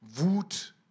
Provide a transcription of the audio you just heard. Wut